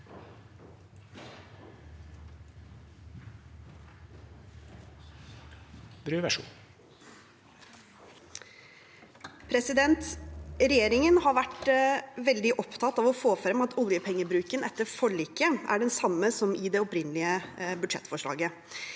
Regjeringen har vært vel- dig opptatt av å få frem at oljepengebruken etter forliket er den samme som i det opprinnelige budsjettforslaget.